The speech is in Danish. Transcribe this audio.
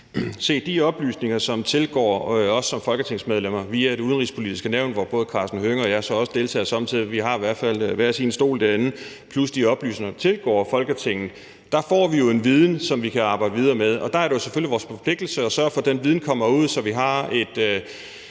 de oplysninger, der tilgår os som folketingsmedlemmer via Det Udenrigspolitiske Nævn, hvor både Karsten Hønge og jeg sommetider deltager i møderne – vi har i hvert fald begge en stol derinde – plus de oplysninger, der tilgår Folketinget, får vi jo en viden, som vi kan arbejde videre med. Der er det selvfølgelig vores forpligtelse at sørge for, at den viden kommer ud, så vi har et